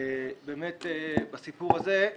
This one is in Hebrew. באמת בסיפור הזה,